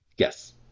Yes